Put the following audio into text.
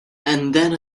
then